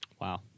Wow